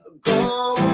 go